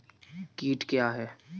कीट क्या है?